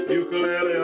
ukulele